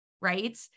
right